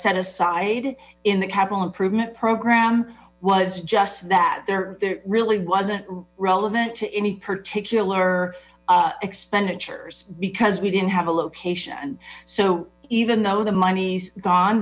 set aside in the capital improvement program was just that there really wasn't relevant to any particular expenditures because we didn't have a location so even though the money's gone